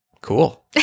Cool